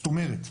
זאת אומרת,